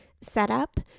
setup